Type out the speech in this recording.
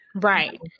Right